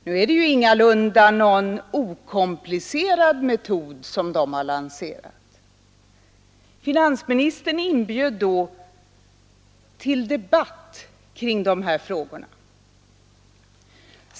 Det är ju ingalunda någon okomplicerad metod som de har lanserat. Finansministern inbjöd då till debatt kring de här frågorna.